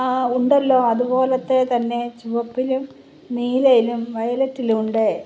ആ ഉണ്ടല്ലോ അതുപോലത്തെ തന്നെ ചുവപ്പിലും നീലയിലും വയലറ്റിലുമുണ്ട്